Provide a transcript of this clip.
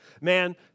Man